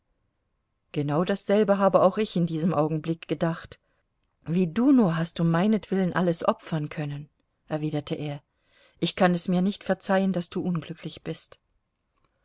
genau dasselbe habe auch ich diesen augenblick gedacht wie du nur hast um meinetwillen alles opfern können erwiderte er ich kann es mir nicht verzeihen daß du unglücklich bist